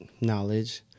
knowledge